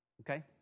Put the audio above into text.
Okay